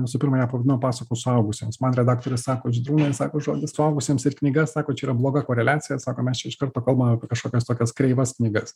visų pirma ją pavadinau pasakos suaugusiems man redaktorius sako žydrūnai sako žodis suaugusiems ir knyga sako čia yra bloga koreliacija sako mes čia iš karto kalbam apie kažkokias tokias kreivas knygas